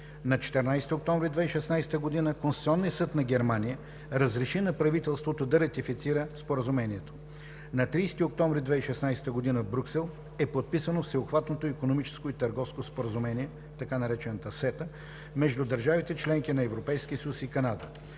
На 14 октомври 2016 г. Конституционният съд на Германия разреши на правителството да ратифицира Споразумението. На 30 октомври 2016 г. в Брюксел е подписано Всеобхватното икономическо и търговско споразумение – така наречената СЕТА, между държавите – членки на Европейския съюз и Канада.